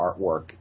artwork